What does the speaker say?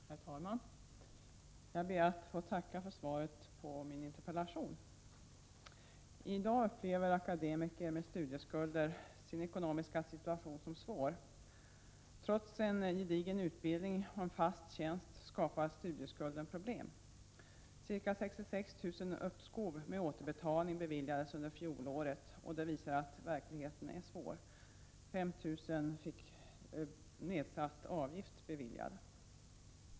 Herr talman! Jag ber att få tacka för svaret på min interpellation. I dag upplever akademiker med studieskulder sin ekonomiska situation som svår. Trots en gedigen utbildning och en fast tjänst skapar studieskulden problem. Ca 66 000 uppskov med återbetalning beviljades under fjolåret, och det visar att verkligheten är svår. 5 000 personer fick nedsatt avgift beviljad.